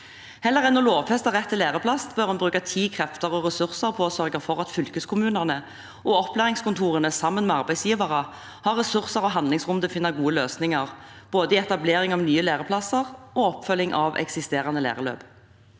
Heller enn å lovfeste rett til læreplass bør en bruke tid, krefter og ressurser på å sørge for at fylkeskommunene og opplæringskontorene sammen med arbeidsgivere har ressurser og handlingsrom til å finne gode løsninger, både i etablering av nye læreplasser og i oppfølging av eksisterende læreløp.